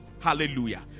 Hallelujah